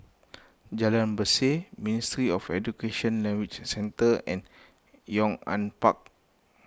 Jalan Berseh Ministry of Education Language Centre and Yong An Park